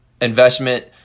investment